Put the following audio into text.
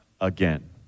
again